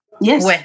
Yes